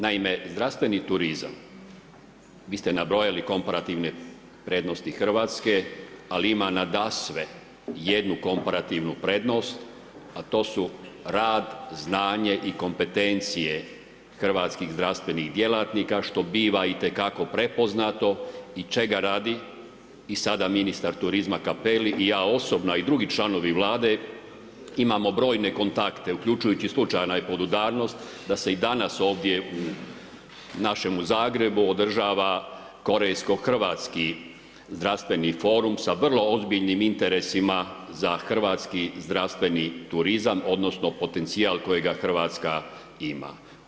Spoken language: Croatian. Naime zdravstveni turizam, vi ste nabrojali komparativne prednosti Hrvatske ali ima nadasve jednu komparativnu prednost, a to su rad, znanje i kompetencije hrvatskih zdravstvenih djelatnika što biva itekako prepoznato i čega radi i sada ministar turizma Capelli i ja osobno a i drugi članovi Vlade, imamo brojne kontakte uključujući slučajna je podudarnost da se i danas ovdje u našemu Zagrebu održava Korejsko-hrvatski zdravstveni forum sa vrlo ozbiljnim interesima za hrvatski zdravstveni turizam odnosno potencijal kojega Hrvatska ima.